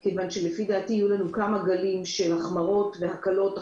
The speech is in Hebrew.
כי לפי דעתי יהיו לנו כמה גלים של הקלות והחמרות,